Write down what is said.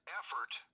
effort